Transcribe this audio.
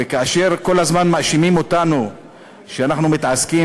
וכאשר כל הזמן מאשימים אותנו שאנחנו מתעסקים,